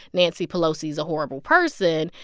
nancy pelosi's a horrible person.